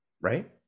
Right